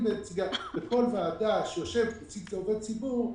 בכל ועדה בה יושב נציג ציבור,